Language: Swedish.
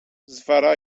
svara